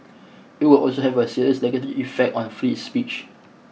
it would also have a serious negative effect on free speech